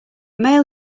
male